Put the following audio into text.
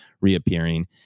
reappearing